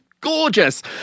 gorgeous